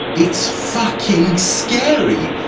it's fucking scary.